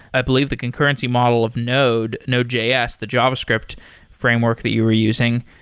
i believe the concurrency model of node, node js, the javascript framework that you were using,